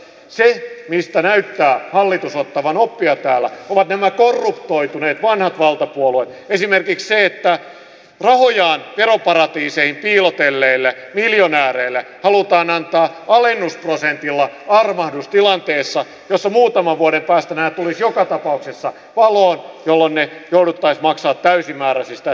mutta se mistä näyttää hallitus ottavan oppia täällä on nämä korruptoituneet vanhat valtapuolueet esimerkiksi se että rahojaan veroparatiiseihin piilotelleille miljonääreille halutaan antaa alennusprosentilla armahdus tilanteessa jossa muutaman vuoden päästä nämä tulisivat joka tapauksessa valoon jolloin ne jouduttaisiin maksamaan täysimääräisesti ja täysillä koroilla